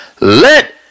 Let